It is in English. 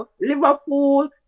Liverpool